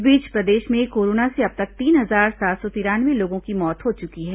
इस बीच प्रदेश में कोरोना से अब तक तीन हजार सात सौ तिरानवे लोगों की मौत हो चुकी है